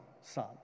son